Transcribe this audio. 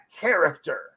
character